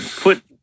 Put